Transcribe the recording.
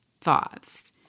thoughts